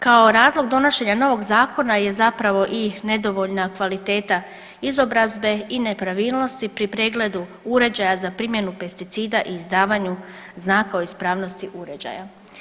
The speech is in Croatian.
Kao razlog donošenja novog zakona je zapravo i nedovoljna kvaliteta izobrazbe i nepravilnosti pri pregledu uređaja za primjenu pesticida i izdavanju znaka o ispravnosti uređaja.